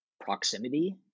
proximity